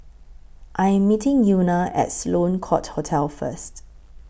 I Am meeting Euna At Sloane Court Hotel First